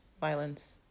violence